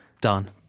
Done